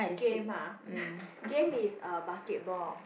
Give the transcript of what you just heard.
game ah game is uh basketball